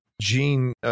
Gene